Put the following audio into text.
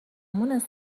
مونس